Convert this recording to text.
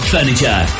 Furniture